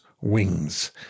wings